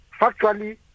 factually